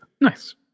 Nice